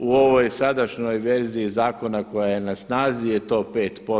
U ovoj sadašnjoj verziji zakona koja je na snazi je to 5%